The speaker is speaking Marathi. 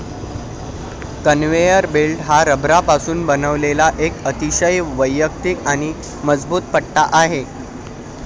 कन्व्हेयर बेल्ट हा रबरापासून बनवलेला एक अतिशय वैयक्तिक आणि मजबूत पट्टा आहे